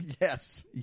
Yes